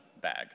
bag